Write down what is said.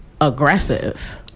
aggressive